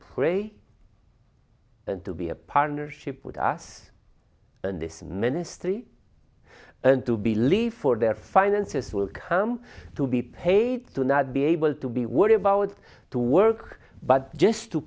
pray and to be a partnership with us and this ministry to believe for their finances will come to be paid to not be able to be worry about to work but just to